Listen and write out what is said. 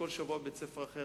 בכל שבוע אני בבית-ספר אחר,